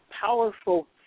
powerful